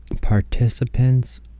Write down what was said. participants